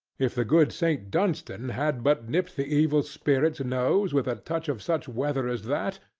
if the good saint dunstan had but nipped the evil spirit's nose with a touch of such weather as that,